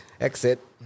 exit